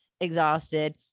exhausted